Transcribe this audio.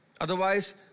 Otherwise